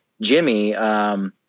Jimmy